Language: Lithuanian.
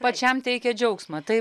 pačiam teikia džiaugsmą taip